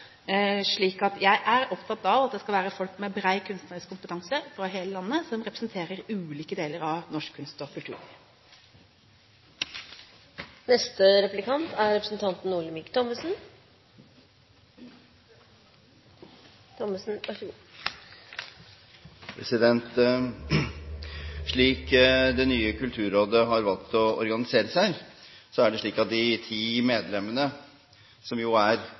jeg er opptatt av at det skal være folk med bred kunstnerisk kompetanse, fra hele landet, som representerer ulike deler av norsk kunst- og kulturliv. Slik det nye Kulturrådet har valgt å organisere seg, deltar de ti medlemmene, som jo stort sett er kunstnere, i respektive fagutvalg – altså sine kunstarters fagutvalg – og er